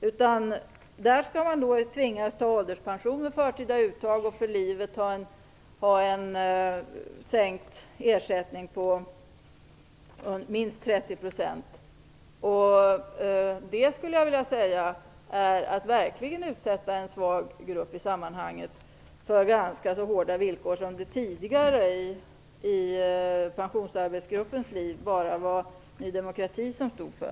Man skall tvingas gå i ålderspension med förtida uttag och för livet ha en sänkt ersättning med minst Det är verkligen att utsätta en i sammanhanget svag grupp för ganska hårda villkor. Det var det tidigare, i Pensionsarbetsgruppens liv, bara Ny demokrati som stod för.